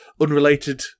unrelated